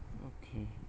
okay